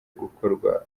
gukorwa